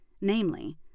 namely